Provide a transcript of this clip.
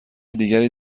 دیگری